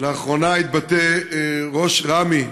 לאחרונה התבטא ראש רמ"י,